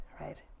right